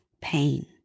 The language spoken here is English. pain